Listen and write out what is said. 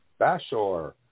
Bashor